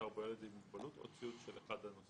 בו ילד עם מוגבלות או ציוד של אחד הנוסעים.